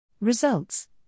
Results